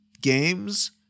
games